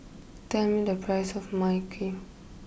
tell me the price of my Kee